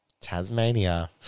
Tasmania